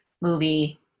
movie